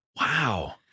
Wow